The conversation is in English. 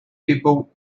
people